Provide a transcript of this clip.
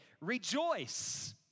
Rejoice